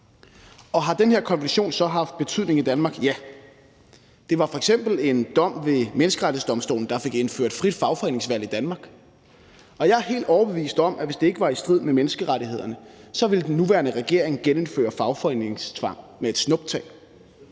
Har den her konvention så haft betydning i Danmark? Ja. Det var f.eks. en dom ved Menneskerettighedsdomstolen, der fik indført frit fagforeningsvalg i Danmark, og jeg er helt overbevist om, at hvis det ikke var i strid med menneskerettighederne, ville den nuværende regering gennemføre fagforeningstvang med et snuptag.